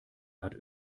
hat